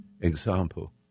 example